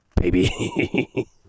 baby